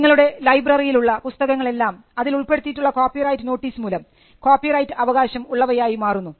നിങ്ങളുടെ ലൈബ്രറിയിൽ ഉള്ള പുസ്തകങ്ങളെല്ലാം അതിൽ ഉൾപ്പെടുത്തിയിട്ടുള്ള കോപ്പിറൈറ്റ് നോട്ടീസ് മൂലം കോപ്പിറൈറ്റ് അവകാശം ഉള്ളവയായി മാറുന്നു